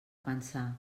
pensar